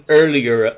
earlier